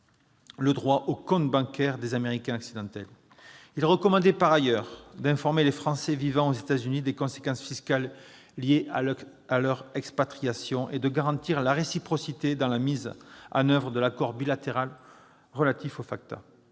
le droit au compte bancaire pour les « Américains accidentels ». Il recommandait par ailleurs d'informer les Français vivant aux États-Unis des conséquences fiscales liées à leur expatriation et de garantir la réciprocité dans la mise en oeuvre de l'accord bilatéral FATCA. Richard